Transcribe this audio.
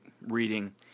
reading